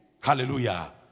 Hallelujah